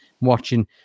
watching